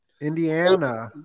Indiana